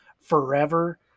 forever